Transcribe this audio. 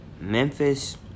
Memphis